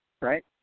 right